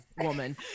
woman